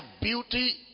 beauty